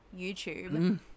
YouTube